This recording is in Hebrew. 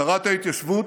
שרת ההתיישבות,